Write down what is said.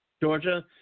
Georgia